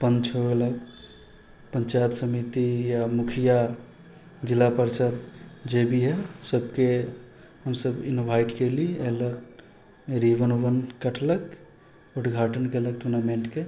पञ्च हो गेलै पञ्चायत समिति या मुखिया जिला पार्षद जे भी हइ सबके हमसब इनवाइट कएली अएलक रिबन वूवन कटलक उद्घाटन केलक टूर्नामेन्टके